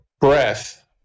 breath